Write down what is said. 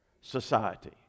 society